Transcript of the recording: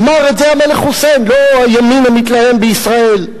אמר את זה המלך חוסיין, ולא הימין המתלהם בישראל.